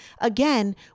Again